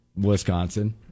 Wisconsin